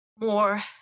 more